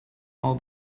all